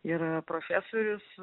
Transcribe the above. ir profesorius